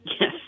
Yes